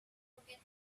forget